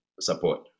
support